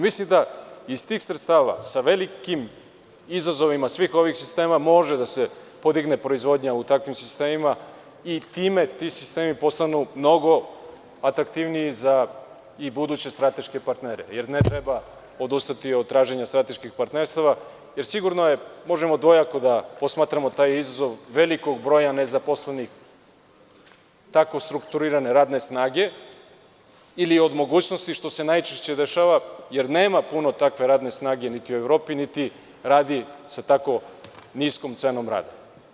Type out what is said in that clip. Mislim da iz tih sredstava sa velikim izazovima ovih sistema može da se podigne proizvodnja u takvim sistemima i da time ti sistemi postanu mnogo atraktivniji za buduće strateške partnere, jer ne treba odustati od traženja strateških partnerstava, jer sigurno možemo dvojako da posmatramo taj izazov velikog broja nezaposlenih, tako strukturirane radne snage ili o mogućnosti, što se najčešće dešava, jer nema puno takve radne snage u Evropi, niti se radi sa tako niskom cenom rada.